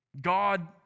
God